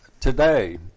today